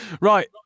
right